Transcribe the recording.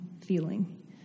feeling